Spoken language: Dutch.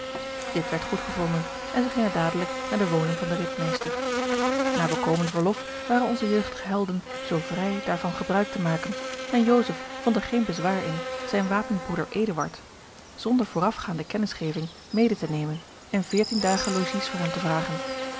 dit werd goedgevonden en zij gingen dadelijk naar de woning van den ridmeester na bekomen verlof waren onze jeugdige helden zoo vrij daarvan gebruik te maken en joseph vond er geen bezwaar in zijn wapenbroeder eduard zonder voorafgaande kennisgeving mede te nemen en veertien dagen logies voor hem te vragen